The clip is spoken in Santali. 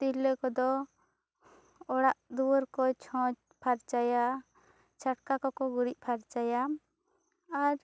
ᱛᱤᱨᱞᱟᱹ ᱠᱚᱫᱚ ᱚᱲᱟᱜ ᱫᱩᱭᱟᱹᱨ ᱠᱚ ᱪᱷᱚᱡᱽ ᱯᱷᱟᱨᱪᱟᱭᱟ ᱪᱷᱟᱴᱠᱟ ᱠᱚ ᱠᱚ ᱜᱩᱨᱤᱡᱽ ᱯᱷᱟᱨᱪᱟᱭᱟ ᱟᱨ